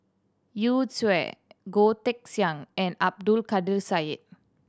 Yu Zhuye Goh Teck Sian and Abdul Kadir Syed